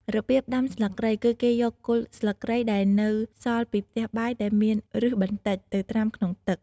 របៀបដាំស្លឹកគ្រៃ គឺគេយកគល់ស្លឹកគ្រៃដែលនៅសល់ពីផ្ទះបាយ ដែលមានឫសបន្តិច ទៅត្រាំក្នុងទឹក។